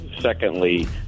Secondly